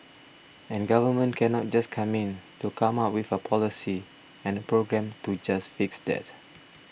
and government cannot just come in to come up with a policy and a program to just fix that